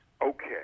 Okay